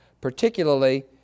particularly